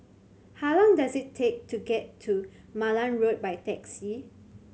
how long does it take to get to Malan Road by taxi